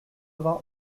vingt